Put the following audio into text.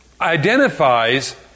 identifies